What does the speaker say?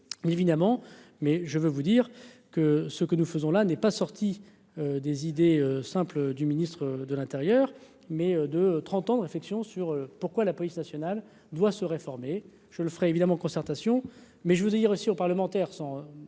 évidemment. Mais je veux vous dire que ce que nous faisons là n'est pas sorti des idées simples, du ministre de l'Intérieur, mais de 30 ans de réflexion sur pourquoi la police nationale doit se réformer, je le ferais évidemment concertation mais je voudrais dire aussi aux parlementaires,